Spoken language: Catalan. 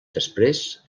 després